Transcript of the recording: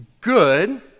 good